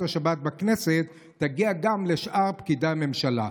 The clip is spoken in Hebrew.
השבת בכנסת תגיע גם לשאר פקידי הממשלה.